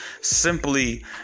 simply